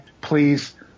please